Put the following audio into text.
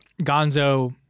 Gonzo